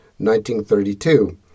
1932